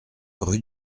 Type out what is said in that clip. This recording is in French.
rue